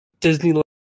Disneyland